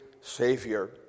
Savior